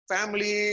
Family